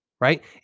right